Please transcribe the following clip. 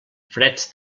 freds